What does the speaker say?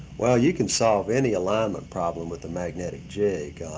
well, you can solve any alignment problem with a magnetic jig.